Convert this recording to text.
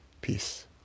Peace